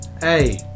Hey